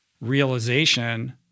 realization